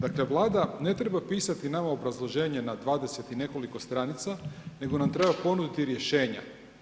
Dakle, Vlada ne treba pisati nama obrazloženje na 20 i nekoliko stranica, nego nam treba ponuditi rješenja.